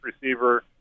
receiver